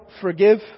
forgive